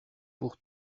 pour